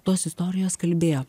tos istorijos kalbėjo